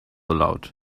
aloud